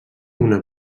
una